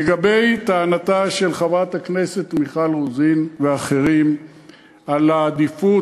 לגבי הטענה של חברת הכנסת מיכל רוזין ואחרים על העדיפות,